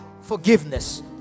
forgiveness